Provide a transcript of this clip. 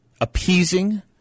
appeasing